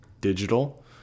digital